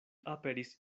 aperis